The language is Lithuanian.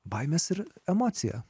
baimes ir emocija